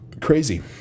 Crazy